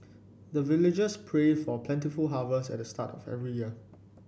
the villagers pray for plentiful harvest at the start of every year